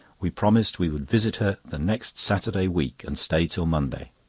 we promised we would visit her the next saturday week, and stay till monday.